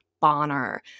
Bonner